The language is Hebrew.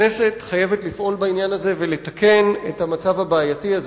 הכנסת חייבת לפעול בעניין הזה ולתקן את המצב הבעייתי הזה.